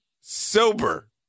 sober